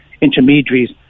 intermediaries